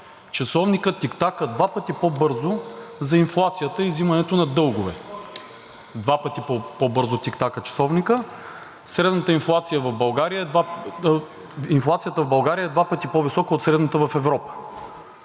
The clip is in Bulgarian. часовникът тиктака два пъти по-бързо за инфлацията и взимането на дългове. Два пъти по-бързо тиктака часовникът! Инфлацията в България е два пъти по висока от средната в Европа.